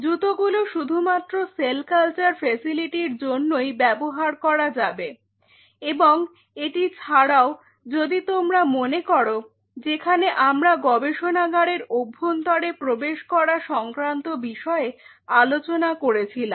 জুতোগুলো শুধুমাত্র cell culture ফেসিলিটির জন্যই ব্যবহার করা যাবে এবং এটি ছাড়াও যদি তোমরা মনে করো যেখানে আমরা গবেষণাগারের অভ্যন্তরে প্রবেশ করা সংক্রান্ত বিষয়ে আলোচনা করেছিলাম